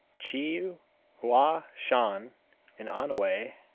chiu hua shan in anhwei,